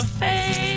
face